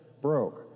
broke